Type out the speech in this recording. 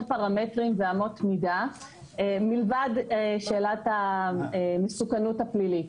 פרמטרים ואמות מידה מלבד שאלת המסוכנות הפלילית.